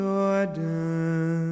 Jordan